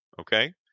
okay